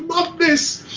love this